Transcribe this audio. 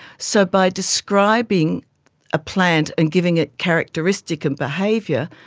so by describing a plant and giving it characteristic and behaviour,